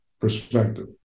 perspective